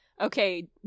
okay